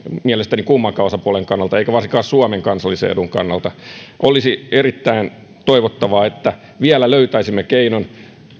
mielestäni kummankaan osapuolen kannalta eikä varsinkaan suomen kansallisen edun kannalta olisi erittäin toivottavaa että vielä löytäisimme keinon